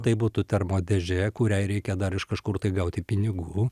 tai būtų termo dėžė kuriai reikia dar iš kažkur tai gauti pinigų